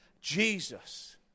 Jesus